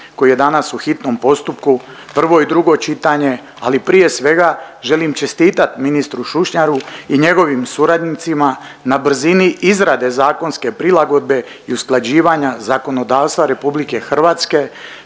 koji je danas u hitnom postupku, prvo i drugo čitanje, ali prije svega želim čestitat ministru Šušnjaru i njegovim suradnicima na brzini izrade zakonske prilagodbe i usklađivanja zakonodavstva RH sa